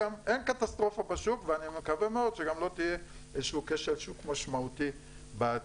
גם אין קטסטרופה בשוק ואני מקווה מאוד שלא יהיה כשל שוק משמעותי בעתיד